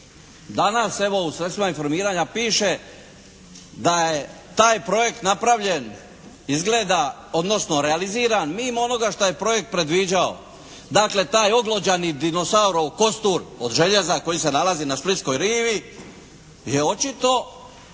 Danas evo u sredstvima informiranja piše da je taj projekt napravljen izgleda odnosno realiziran mimo onoga što je projekt predviđao. Dakle, taj oglođani dinosaurov kostur od željeza koji se nalazi na splitskoj rivi je očito